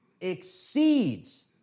exceeds